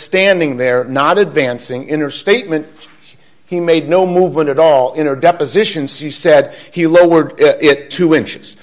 standing there not advancing in her statement he made no movement at all in her deposition she said he lowered it two inches